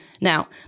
now